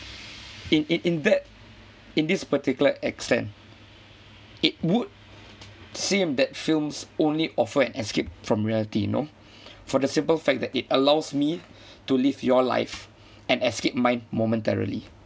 in it in that in this particular extend it would seem that films only offer an escape from reality no for the simple fact that it allows me to live your life and escape mine momentarily